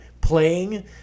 playing